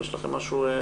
יש לכם משהו?